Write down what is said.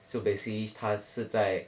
so basically 他是在